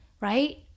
Right